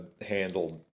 handled